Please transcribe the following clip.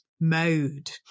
mode